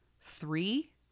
three